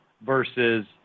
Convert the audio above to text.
Versus